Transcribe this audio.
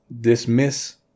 dismiss